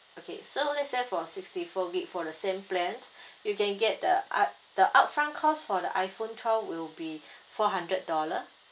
okay so let's say for sixty four gig for the same plan you can get the up~ the upfront cost for the iphone twelve will be four hundred dollar